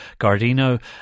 Gardino